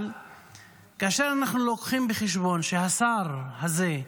אבל כאשר אנחנו לוקחים בחשבון שהשר הזה,